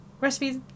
recipes